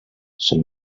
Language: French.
c’est